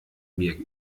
mir